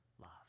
love